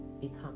become